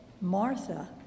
Martha